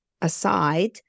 aside